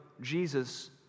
Jesus